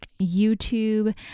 YouTube